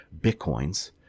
Bitcoins